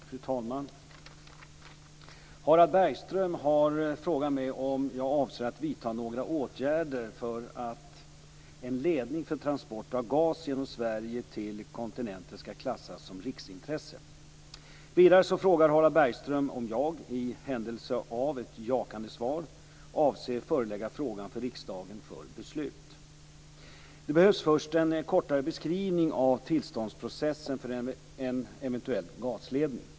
Fru talman! Harald Bergström har frågat mig om jag avser att vidta några åtgärder för att en ledning för transport av gas genom Sverige till kontinenten skall klassas som riksintresse. Vidare frågar Harald Bergström om jag, i händelse av ett jakande svar, avser förelägga frågan för riksdagen för beslut. Det behövs först en kortare beskrivning av tillståndsprocessen för en eventuell gasledning.